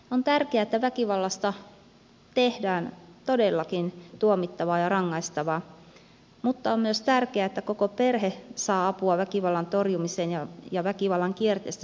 on tärkeää että väkivallasta tehdään todellakin tuomittavaa ja rangaistavaa mutta on myös tärkeää että koko perhe saa apua väkivallan torjumiseen ja väkivallan kierteestä selviämiseen